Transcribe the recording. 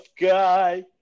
guy